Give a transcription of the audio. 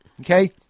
Okay